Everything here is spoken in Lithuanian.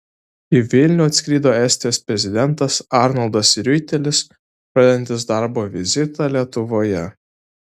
į vilnių atskrido estijos prezidentas arnoldas riuitelis pradedantis darbo vizitą lietuvoje